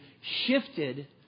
shifted